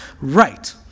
right